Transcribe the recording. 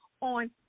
on